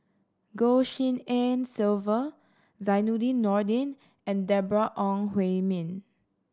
Goh Tshin En Sylvia Zainudin Nordin and Deborah Ong Hui Min